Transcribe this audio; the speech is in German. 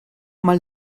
mal